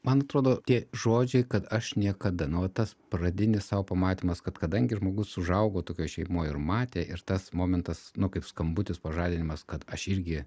man atrodo tie žodžiai kad aš niekada nu va tas pradinis sau pamatymas kad kadangi žmogus užaugo tokioj šeimoj ir matė ir tas momentas nu kaip skambutis pažadinimas kad aš irgi